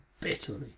bitterly